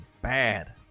bad